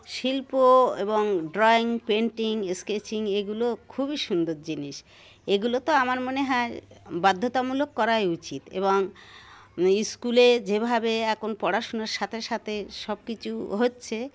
শিল্প এবং drawing painting sketching এগুলো খুবই সুন্দর জিনিস এগুলো তো আমার মনে হয় বাধ্যতামূলক করাই উচিত এবং স্কুলে যেভাবে এখন পড়াশুনার সাথে সাথে সব কিছু হচ্ছে